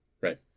Right